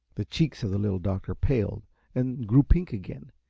the cheeks of the little doctor paled and grew pink again.